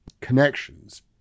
connections